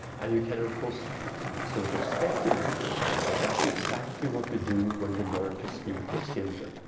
and you can of course sort of speculate and say that that's exactly what we do when we learn to speak as children.